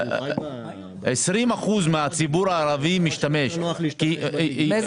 20% מהציבור הערבי משתמש בדיגיטאלי.